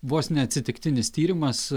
vos ne atsitiktinis tyrimas